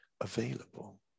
available